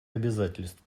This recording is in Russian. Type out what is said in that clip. обязательств